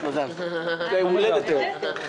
מזל טוב.